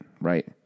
right